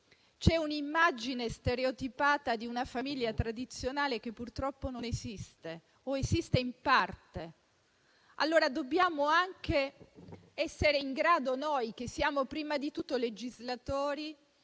un'immagine stereotipata di una famiglia tradizionale che purtroppo non esiste o esiste in parte. Dobbiamo anche essere in grado noi, che siamo prima di tutto legislatori,